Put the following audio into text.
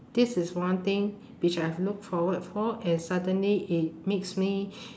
this is one thing which I've looked forward for and suddenly it makes me